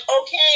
okay